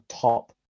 top